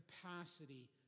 capacity